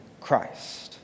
Christ